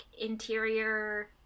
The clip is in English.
interior